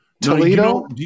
Toledo